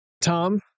tom